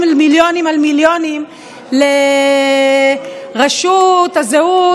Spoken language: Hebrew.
על מיליונים על מיליונים לרשות הזהות,